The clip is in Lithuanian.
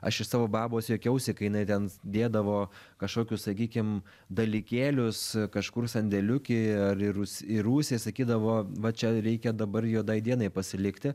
aš iš savo babos juokiausi kai jinai ten dėdavo kažkokius sakykim dalykėlius kažkur sandėliuky ar į rūs į rūsį sakydavo va čia reikia dabar juodai dienai pasilikti